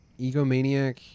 egomaniac